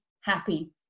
happy